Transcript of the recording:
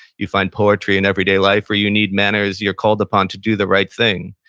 you find poetry in everyday life or you need manners, you're called upon to do the right thing.